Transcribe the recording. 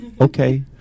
Okay